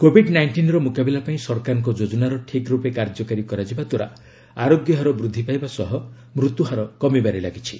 covid ନାଇଷ୍ଟିନ୍ର ମୁକାବିଲା ପାଇଁ ସରକାରଙ୍କ ଯୋଜନାର ଠିକ୍ ର୍ପେ କାର୍ଯ୍ୟକାରୀ କରାଯିବା ଦ୍ୱାରା ଆରୋଗ୍ୟ ହାର ବୃଦ୍ଧି ପାଇବା ସହ ମୃତ୍ୟୁହାର କମିବାରେ ଲାଗିଛି